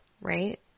right